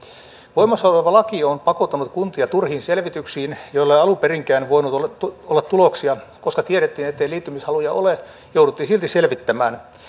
voimassa oleva laki on on pakottanut kuntia turhiin selvityksiin joille ei alun perinkään voinut olla tuloksia koska tiedettiin ettei liittymishaluja ole jouduttiin silti selvittämään